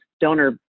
donor